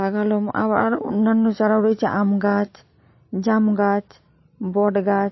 লাগালাম আবার অন্যান্য ছাড়াও রয়েছে আম গাছ জাম গাছ বট গাছ